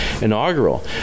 inaugural